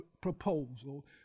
proposal